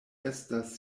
estas